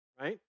Right